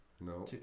No